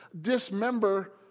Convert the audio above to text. dismember